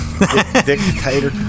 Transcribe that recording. Dictator